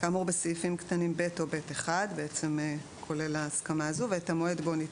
כאמור בסעיפים קטנים (ב) או (ב)(1) ואת המועד בו היא ניתנה".